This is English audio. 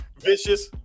Vicious